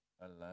alone